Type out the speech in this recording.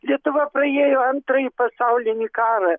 lietuva praėjo antrąjį pasaulinį karą